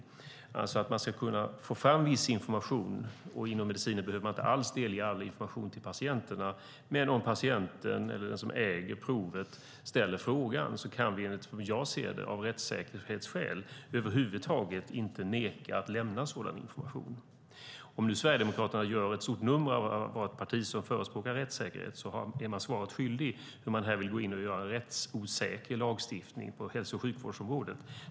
Det handlar alltså om att man ska kunna få fram viss information och att man inom medicin inte alls behöver delge all information till patienterna - men om patienten eller den som äger provet ställer frågan kan vi enligt hur jag ser det av rättssäkerhetsskäl över huvud taget inte neka att lämna sådan information. Om nu Sverigedemokraterna gör ett stort nummer av att vara ett parti som förespråkar rättssäkerhet är man svaret skyldig, då man här vill gå in och göra en rättsosäker lagstiftning på hälso och sjukvårdsområdet.